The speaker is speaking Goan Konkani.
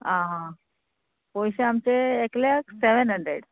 आं आं पयशे आमचे एकल्याक सेव्हन हंड्रेड